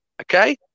Okay